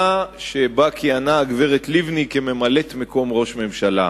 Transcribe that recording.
שבה כיהנה הגברת לבני כממלאת-מקום ראש ממשלה.